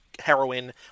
heroin